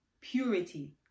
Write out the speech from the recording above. purity